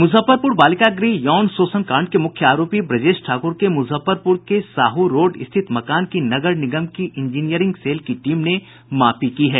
मुजफ्फरपुर बालिका गृह यौन शोषण कांड के मुख्य आरोपी ब्रजेश ठाकुर के मुजफ्फरपुर के साहू रोड स्थित मकान की नगर निगम की इंजीनियरिंग सेल की टीम ने मापी की है